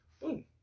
Boom